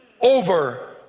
over